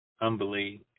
humbly